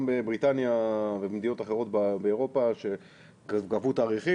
גם בבריטניה ובמדינות אחרות באירופה קבעו תאריכים